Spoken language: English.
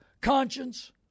conscience